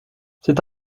c’est